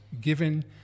given